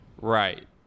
Right